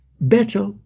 better